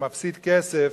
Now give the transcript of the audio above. ומפסיד כסף,